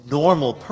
normal